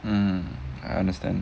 hmm I understand